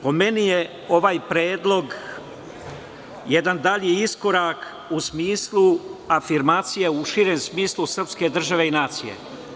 Po meni je ovaj predlog jedan dalji iskorak u smislu afirmacije u širem smislu srpske države i nacije.